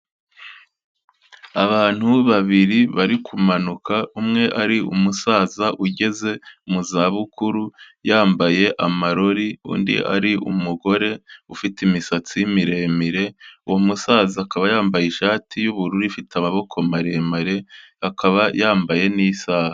Abantu babiri bari kumanuka, umwe ari umusaza ugeze mu zabukuru yambaye amarori, undi ari umugore ufite imisatsi miremire, uwo musaza akaba yambaye ishati y'ubururu ifite amaboko maremare, akaba yambaye n'isaha.